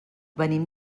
venim